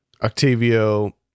Octavio